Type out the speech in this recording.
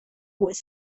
was